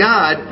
God